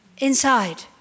inside